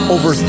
Over